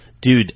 Dude